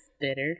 bitter